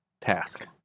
task